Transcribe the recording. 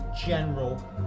general